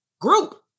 group